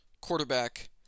quarterback